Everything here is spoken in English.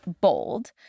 bold